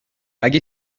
اگه